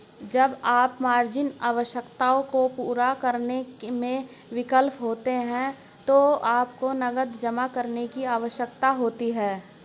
जब आप मार्जिन आवश्यकताओं को पूरा करने में विफल होते हैं तो आपको नकद जमा करने की आवश्यकता होती है